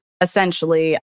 essentially